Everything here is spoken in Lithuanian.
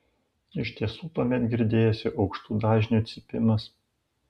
iš tiesų tuomet girdėjosi aukštų dažnių cypimas